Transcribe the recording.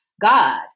God